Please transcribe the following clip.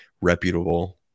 reputable